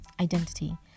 identity